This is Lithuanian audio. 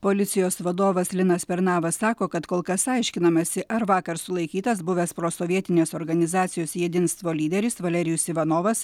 policijos vadovas linas pernavas sako kad kol kas aiškinamasi ar vakar sulaikytas buvęs prosovietinės organizacijos jedinstvo lyderis valerijus ivanovas